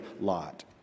lot